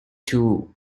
too